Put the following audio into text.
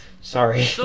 Sorry